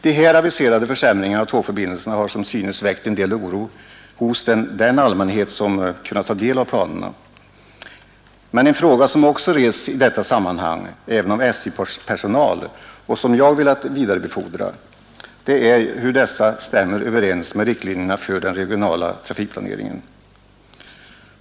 De här aviserade försämringarna av tågförbindelserna har som synes väckt en del oro hos den allmänhet som kunnat ta del av planerna. Men en fråga som också rests i detta sammanhang — även av SJ-personal — och som jag har velat vidarebefordra är hur dessa försämringar stämmer överens med riktlinjerna för den regionala trafikplaneringen.